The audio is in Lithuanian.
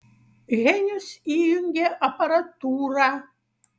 henius įjungė aparatūrą